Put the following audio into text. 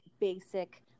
basic